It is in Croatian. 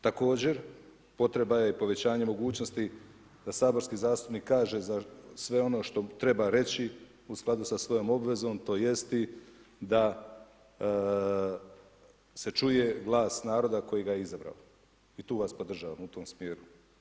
Također potreba je i povećanje mogućnosti da saborski zastupnik kaže sve ono što treba reći u skladu sa svojom obvezom, tj. i da se čuje glas naroda koji ga je izabrao i tu vas podržavam u tom smjeru.